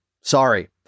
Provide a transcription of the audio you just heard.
Sorry